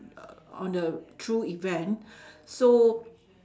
e~ on the true event so